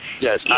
Yes